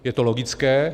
Je to logické.